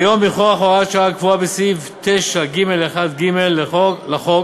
כיום, מכוח הוראת שעה הקבועה בסעיף 9(ג1ג) לחוק